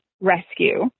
rescue